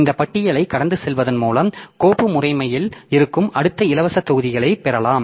இந்த பட்டியலைக் கடந்து செல்வதன் மூலம் கோப்பு முறைமையில் இருக்கும் அடுத்த இலவச தொகுதியைப் பெறலாம்